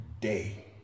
day